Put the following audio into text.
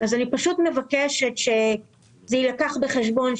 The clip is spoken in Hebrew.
אני מבקשת שזה יילקח בחשבון,